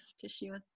tissues